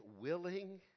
willing